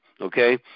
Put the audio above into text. okay